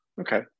Okay